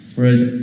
Whereas